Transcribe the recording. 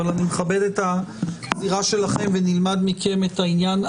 אבל אני מכבד את הזירה שלכם ונלמד מכם את העניין.